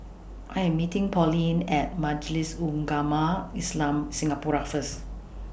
I Am meeting Pauline At Majlis Ugama Islam Singapura First